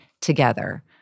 together